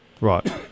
Right